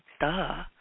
duh